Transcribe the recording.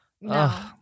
No